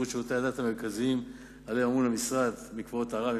את שירותי הדת המרכזיים שעליהם אמון המשרד: מקוואות טהרה,